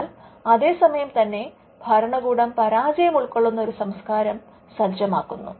എന്നാൽ അതേസമയം തന്നെ ഭരണകൂടം പരാജയം ഉൾക്കൊള്ളുന്ന ഒരു സംസ്കാരം സജ്ജമാക്കുന്നു